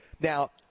Now